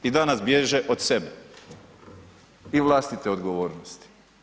I danas bježe od sebe i vlastite odgovornosti.